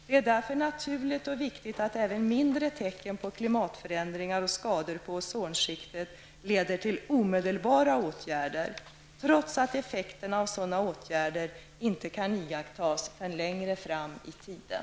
Det är därför naturligt och viktigt att även mindre tecken på klimatförändringar och skador på ozonskiktet leder till omedelbara åtgärder, trots att effekterna av sådana åtgärder inte kan iakttas förrän längre fram i tiden.